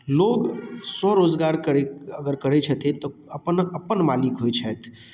लोग स्वरोजगार करै कऽ अगर करैत छथिन तऽ अपन अपन मालिक होइत छथि